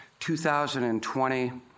2020